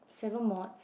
seven mods